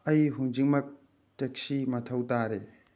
ꯑꯩ ꯍꯧꯖꯤꯛꯃꯛ ꯇꯦꯛꯁꯤ ꯃꯊꯧ ꯇꯥꯔꯦ